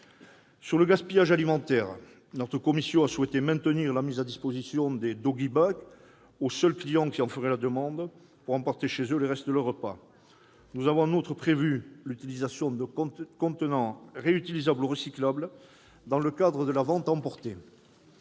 Sur le gaspillage alimentaire, notre commission a souhaité maintenir la mise à disposition des aux seuls clients qui en feraient la demande pour emporter chez eux les restes de leur repas. Nous avons, en outre, prévu l'utilisation de contenants réutilisables ou recyclables dans le cadre de la vente à emporter.